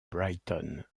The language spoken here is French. brighton